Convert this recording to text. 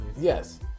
Yes